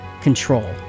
control